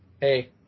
Hey